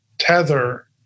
tether